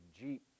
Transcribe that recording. Jeep